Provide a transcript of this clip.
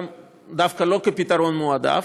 דווקא לא כפתרון מועדף,